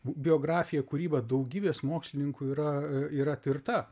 biografija kūryba daugybės mokslininkų yra yra tirta